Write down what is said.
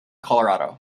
colorado